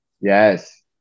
Yes